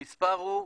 המספר הוא,